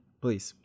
please